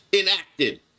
enacted